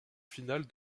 finale